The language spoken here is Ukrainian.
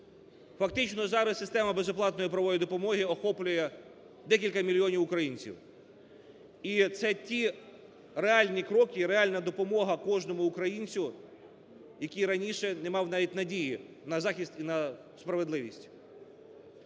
Фактично зараз система безоплатної правової допомоги охоплює декілька мільйонів українців. І це ті реальні кроки, реальна допомога кожному українцю, який раніше не мав навіть надії на захист і на справедливість.